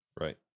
Right